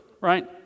right